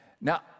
Now